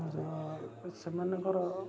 ସେମାନଙ୍କର